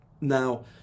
Now